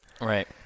right